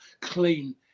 Clean